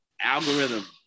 Algorithm